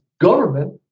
government